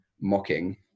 mocking